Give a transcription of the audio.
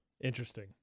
interesting